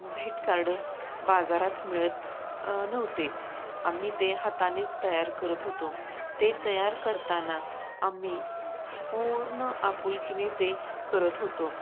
भेटकार्ड बाजारात मिळत नव्हते आम्ही ते हातानेच तयार करत होतो ते तयार करताना आम्ही पूर्ण आपुलकीने ते करत होतो